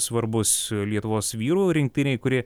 svarbus lietuvos vyrų rinktinei kuri